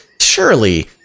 surely